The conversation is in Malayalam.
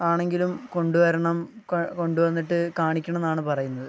ആണെങ്കിലും കൊണ്ടുവരണം കൊണ്ടുവന്നിട്ടു കാണിക്കണമെന്നാണു പറയുന്നത്